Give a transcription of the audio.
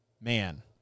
man